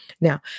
Now